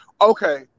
Okay